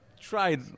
tried